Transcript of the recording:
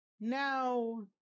now